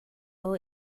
ora